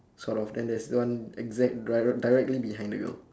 sort of then there's one exact dir~ directly behind the girl